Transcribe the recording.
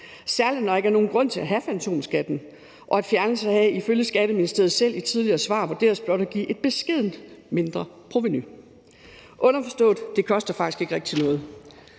særlig ikke, når der ikke er nogen grund til at have fantomskatten og fjernelsen af den ifølge Skatteministeriet selv i tidligere svar vurderes blot at give et beskedent mindreprovenu. Underforstået: Det koster faktisk ikke rigtig noget.